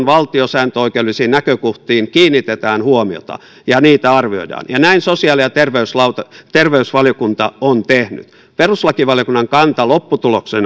valtiosääntöoikeudellisiin näkökohtiin kiinnitetään huomiota ja niitä arvioidaan ja näin sosiaali ja terveysvaliokunta terveysvaliokunta on tehnyt perustuslakivaliokunnan kanta lopputuloksena